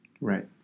Right